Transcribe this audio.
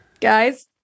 guys